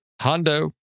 Hondo